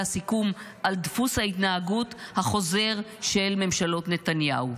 הסיכום על דפוס ההתנהגות החוזר של ממשלות נתניהו,